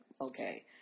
Okay